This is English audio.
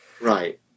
Right